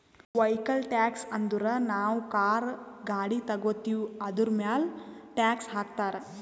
vehicle tax ಅಂದುರ್ ನಾವು car, ಗಾಡಿ ತಗೋತ್ತಿವ್ ಅದುರ್ಮ್ಯಾಲ್ ಟ್ಯಾಕ್ಸ್ ಹಾಕ್ತಾರ್